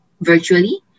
virtually